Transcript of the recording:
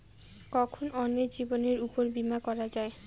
কখন অন্যের জীবনের উপর বীমা করা যায়?